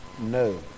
no